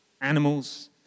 animals